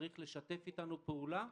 יש לשתף אתנו פעולה,